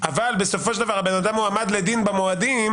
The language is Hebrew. אבל בסופו של דבר הבן אדם הועמד לדין במועדים,